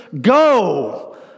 go